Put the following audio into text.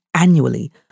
annually